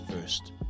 first